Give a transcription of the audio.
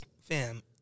fam